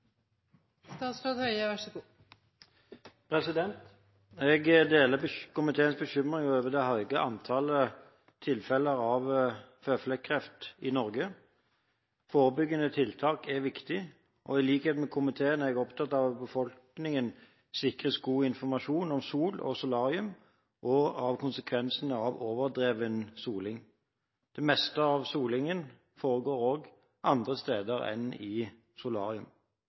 i likhet med komiteen er jeg opptatt av at befolkningen sikres god informasjon om sol og solarium og om konsekvensene av overdreven soling. Det meste av solingen foregår andre steder enn i solarium.